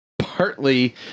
partly